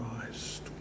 Christ